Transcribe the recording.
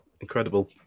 Incredible